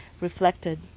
reflected